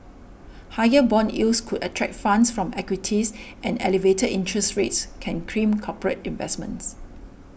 higher bond yields could attract funds from equities and elevated interest rates can crimp corporate investments